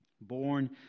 born